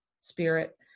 spirit